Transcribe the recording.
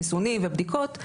חיסונים ובדיקות,